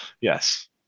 Yes